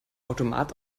automat